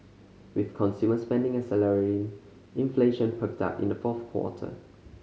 with consumer spending accelerating inflation perked up in the fourth quarter